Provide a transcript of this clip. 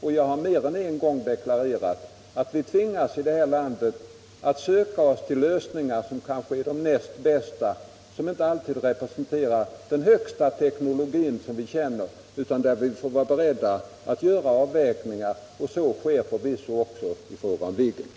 Och jag har mer än en gång deklarerat att vi tvingas i detta land söka oss till lösningar som kanske är de näst bästa och inte alltid representerar den högsta teknologin som vi känner. Vi får vara beredda att göra avvägningar, och så sker förvisso också i fråga om Viggen.